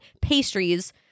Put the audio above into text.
pastries